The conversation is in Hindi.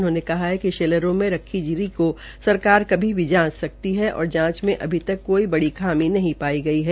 उन्होंने कहा कि शैलरों के रखरी जीरी को सरकार कभी भी जांच सकती है और जांच में अभी तक कोई बड़ी खामी नहीं पाई गई है